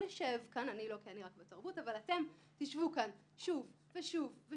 אני חושבת שאפשר לקבל את זה ש-17 תלונות של משרד